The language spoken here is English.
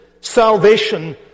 salvation